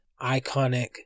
iconic